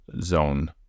zone